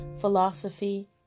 Philosophy